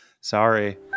Sorry